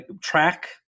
track